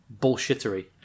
bullshittery